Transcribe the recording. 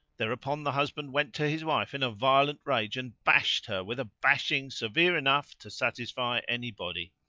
thereupon the husband went to his wife in a violent rage and bashed her with a bashing severe enough to satisfy any body.